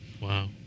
Wow